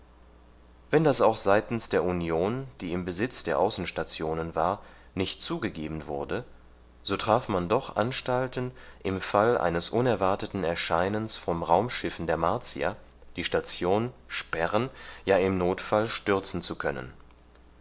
wenn das auch seitens der union die im besitz der außenstationen war nicht zugegeben wurde so traf man doch anstalten im fall eines unerwarteten erscheinens von raumschiffen der martier die station sperren ja im notfall stürzen zu können